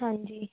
हाँ जी